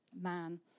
man